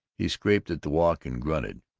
he scraped at the walk and grunted.